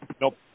Nope